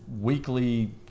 weekly